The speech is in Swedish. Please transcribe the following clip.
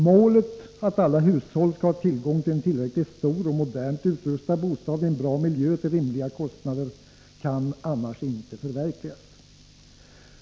Målet att alla hushåll skall ha tillgång till en tillräckligt stor och modernt utrustad bostad i en bra miljö till rimliga kostnader kan annars inte förverkligas.